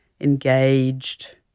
engaged